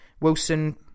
Wilson